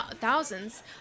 thousands